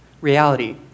reality